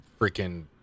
freaking